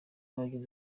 n’abagize